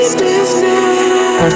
business